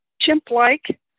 chimp-like